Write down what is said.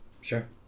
Sure